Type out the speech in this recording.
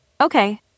Okay